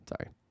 Sorry